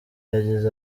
yagize